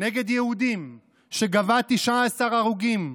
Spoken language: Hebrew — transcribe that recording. נגד יהודים שגבה 19 הרוגים,